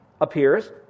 appears